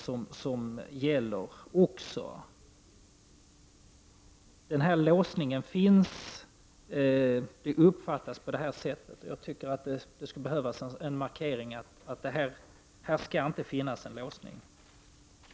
Man uppfattar det så att det finns låsning till detta alternativ. Jag anser att det behövs en markering av att det inte skall finnas någon låsning här.